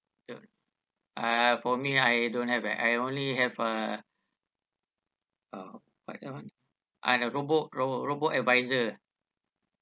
uh for me I don't have I only have a uh what that one ah robot robot robo advisor